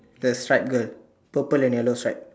the stripe girl purple and yellow stripe